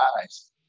eyes